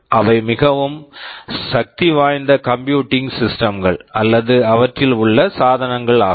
அவை மிகவும் சக்திவாய்ந்த கம்ப்யூட்டிங் சிஸ்டம்ஸ் computing systeme கள் அல்லது அவற்றில் உள்ள சாதனங்கள் ஆகும்